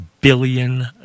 billion